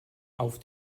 auf